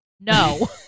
no